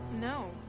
No